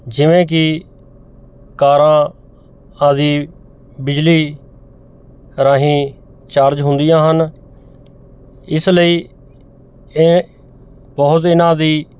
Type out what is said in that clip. ਜਿਵੇਂ ਕਿ ਕਾਰਾਂ ਆਦਿ ਬਿਜਲੀ ਰਾਹੀਂ ਚਾਰਜ ਹੁੰਦੀਆਂ ਹਨ ਇਸ ਲਈ ਇਹ ਬਹੁਤ ਇਨ੍ਹਾਂ ਦੀ